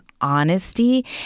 honesty